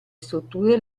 strutture